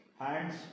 hands